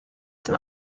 zum